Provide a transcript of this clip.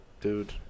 dude